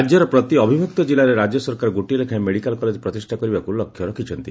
ରାଜ୍ୟର ପ୍ରତି ଅବିଭକ୍ତ କିଲ୍ଲାରେ ରାଜ୍ୟ ସରକାର ଗୋଟିଏ ଲେଖାଏଁ ମେଡ଼ିକାଲ କଲେକ ପ୍ରତିଷା କରିବାକୁ ଲକ୍ଷ୍ୟ ରଖିଛନ୍ତି